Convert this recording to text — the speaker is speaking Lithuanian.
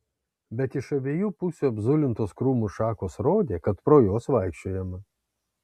bet iš abiejų pusių apzulintos krūmų šakos rodė kad pro juos vaikščiojama